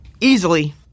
Easily